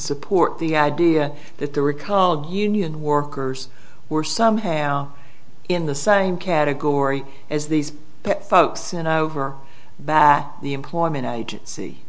support the idea that the recalled union workers were somehow in the same category as these folks or that the employment agency